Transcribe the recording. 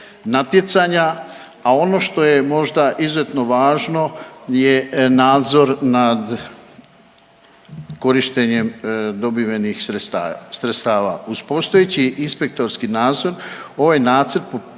natjecanja, a ono što je možda izuzetno važno je nadzor nad korištenjem dobivenih sredstava. Uz postojeći inspektorski nadzor ovaj nacrt